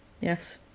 Yes